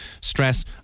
stress